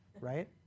right